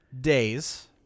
days